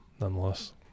nonetheless